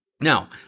Now